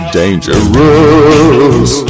dangerous